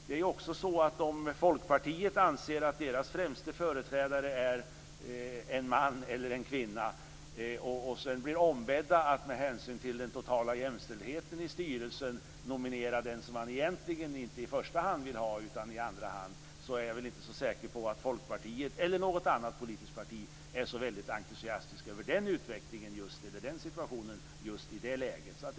Det kan vara så att Folkpartiet anser att partiets främste företrädare är t.ex. en man och sedan ombeds att med hänsyn till den totala jämställdheten i styrelsen nominera den man ville ha i andra hand. Jag är inte så säker på att Folkpartiet - eller något annat politiskt parti - är så entusiastiskt över situationen just i det läget.